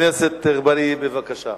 חבר הכנסת אגבאריה, בבקשה.